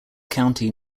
county